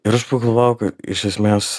ir aš pagalvojau ka iš esmės